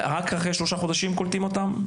רק אחרי שלושה חודשים קולטים אותם?